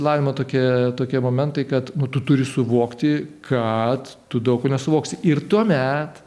išsilavinimo tokie momentai kad nu tu turi suvokti kad tu daug ko nesuvoksi ir tuomet